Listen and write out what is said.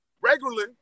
regularly